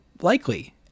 likely